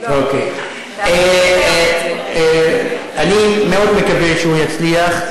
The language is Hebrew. אני מאוד מקווה שהוא יצליח,